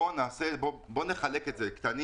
בואו נחלק את זה לקטנים,